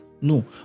no